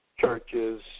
churches